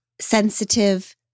sensitive